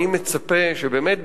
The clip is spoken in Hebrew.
אני מצפה שבאמת,